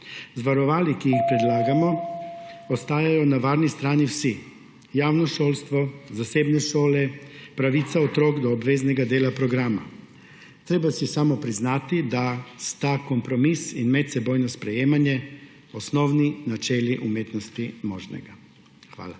Z varovali, ki jih predlagamo, ostajajo na varni strani vsi: javno šolstvo, zasebne šole, pravica otrok do obveznega dela programa. Treba si je samo priznati, da sta kompromis in medsebojno sprejemanje osnovni načeli umetnosti možnega. Hvala.